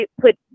put